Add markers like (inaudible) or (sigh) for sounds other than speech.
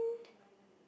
(breath)